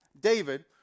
David